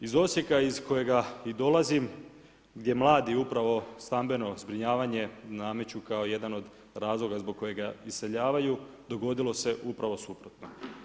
Iz Osijeka iz kojega i dolazim, gdje mladi upravo stambeno zbrinjavanje, nameću kao jedan od razloga zbog kojega iseljavaju, dogodilo se upravo suprotno.